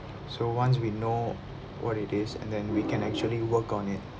so once we know what it is and then we can actually work on it